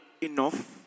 enough